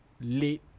Late